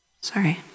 Sorry